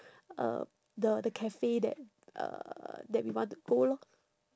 uh the the cafe that uh that we want to go lor